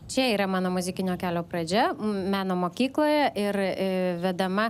čia yra mano muzikinio kelio pradžia meno mokykloje ir vedama